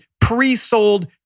pre-sold